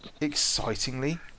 excitingly